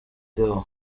theo